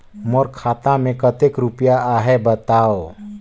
मोर खाता मे कतेक रुपिया आहे बताव?